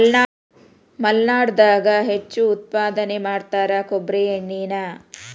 ಮಲ್ನಾಡದಾಗ ಹೆಚ್ಚು ಉತ್ಪಾದನೆ ಮಾಡತಾರ ಕೊಬ್ಬ್ರಿ ಎಣ್ಣಿನಾ